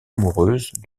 amoureuse